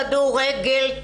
כדורגל,